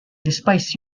despise